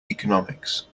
economics